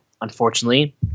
unfortunately